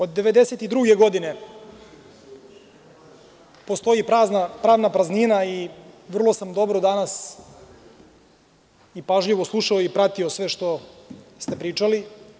Od 1992. godine postoji pravna praznina i vrlo sam dobro i pažljivo danas slušao i pratio sve što ste pričali.